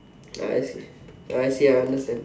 I see I see I understand